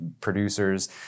producers